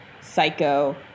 psycho